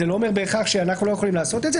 זה לא אומר בהכרח שאנחנו לא יכולים לעשות את זה